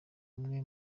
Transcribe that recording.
umwe